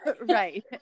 Right